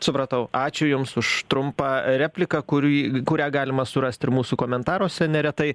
supratau ačiū jums už trumpą repliką kurį kurią galima surast ir mūsų komentaruose neretai